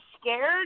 scared